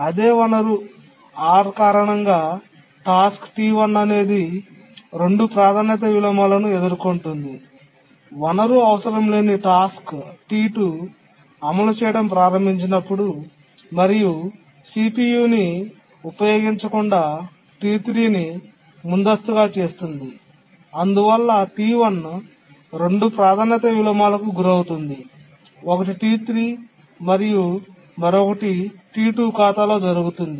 అదే వనరు R కారణంగా టాస్క్ T1 అనేది 2 ప్రాధాన్యత విలోమాలను ఎదుర్కొంటుంది వనరు అవసరం లేని టాస్క్ T2 అమలు చేయడం ప్రారంభించినప్పుడు మరియు CPU ని ఉపయోగించకుండా T3 ను ముందస్తుగా చేస్తుంది మరియు అందువల్ల T1 2 ప్రాధాన్యత విలోమాలకు గురవుతుంది ఒకటి T3 మరియు మరొకటి T2 ఖాతాలో జరుగుతుంది